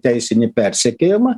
teisinį persekiojimą